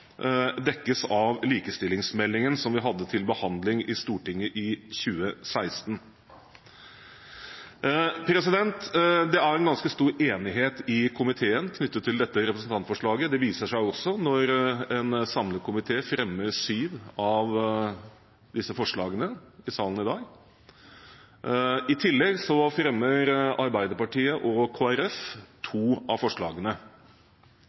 dekkes av likestillingsmeldingen, som vi hadde til behandling i Stortinget i 2016. Det er en ganske stor enighet i komiteen knyttet til dette representantforslaget. Det viser seg også når en samlet komité fremmer syv av disse forslagene som romertallsforslag i salen i dag. I tillegg fremmer Arbeiderpartiet og Kristelig Folkeparti to av forslagene.